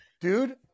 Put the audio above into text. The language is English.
Dude